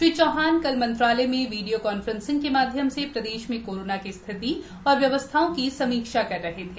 श्री चौहान कल मंत्रालय में वीडियो कान्फ्रेंसिंग के माध्यम से प्रदेश में कोरोना की स्थिति एवं व्यवस्थाओं की समीक्षा कर रहे थे